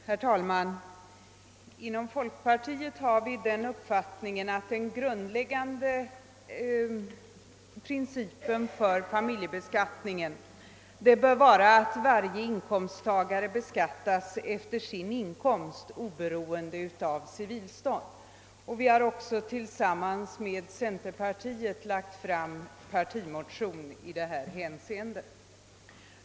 Herr talman! Inom folkpartiet har vi den uppfattningen, att principen för familjebeskattningen bör vara att varje inkomsttagare beskattas efter sin inkomst oberoende av civilstånd. Vi har tillsammans med centerpartiet en partimotion i det hänseendet.